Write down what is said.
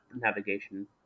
navigation